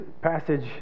passage